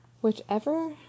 Whichever